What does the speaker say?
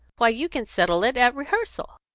why, you can settle it at rehearsal!